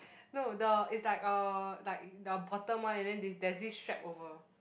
no the is like uh like the bottom one and then this there's this strap over